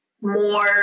more